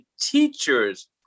teachers